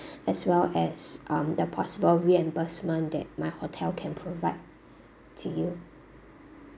as well as um the possible reimbursement that my hotel can provide to you